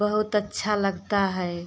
बहुत अच्छा लगता है